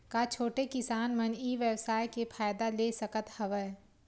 का छोटे किसान मन ई व्यवसाय के फ़ायदा ले सकत हवय?